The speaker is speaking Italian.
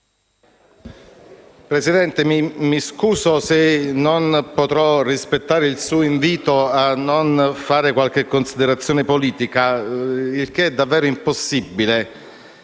Presidente, mi scuso se non potrò rispettare il suo invito a non fare considerazioni politiche. Ciò è davvero impossibile